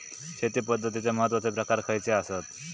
शेती पद्धतीचे महत्वाचे प्रकार खयचे आसत?